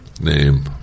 name